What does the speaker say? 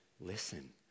listen